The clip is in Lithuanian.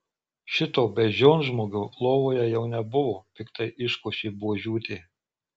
šito beždžionžmogio lovoje jau nebuvo piktai iškošė buožiūtė